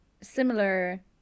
similar